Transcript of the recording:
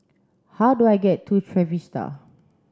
how do I get to Trevista